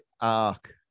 arc